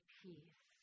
peace